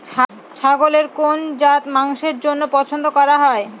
ছাগলের কোন জাত মাংসের জন্য পছন্দ করা হয়?